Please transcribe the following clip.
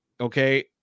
Okay